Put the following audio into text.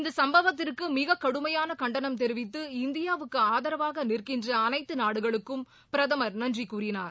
இந்த சம்பவத்திற்கு மிக கடுமையான கண்டனம் தெரிவித்து இந்தியாவுக்கு ஆதரவாக நிற்கின்ற அனைத்து நாடுகளுக்கும் பிரதமர் நன்றி கூறினார்